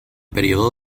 periodo